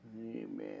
Amen